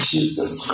Jesus